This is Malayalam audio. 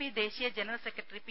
പി ദേശീയ ജനറൽ സെക്രട്ടറി പി